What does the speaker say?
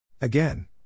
Again